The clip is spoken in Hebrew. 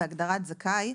בהגדרת "זכאי",